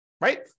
right